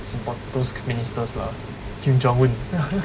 support those ministers lah kim jong un